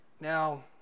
Now